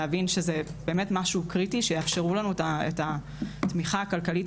להבין שזה באמת משהו קריטי שיאפשרו לנו את התמיכה הכלכלית